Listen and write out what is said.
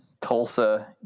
Tulsa